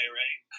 right